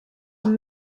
amb